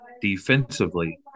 defensively